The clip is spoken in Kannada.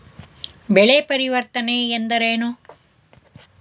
ಬೆಳೆ ಪರಿವರ್ತನೆ ಎಂದರೇನು?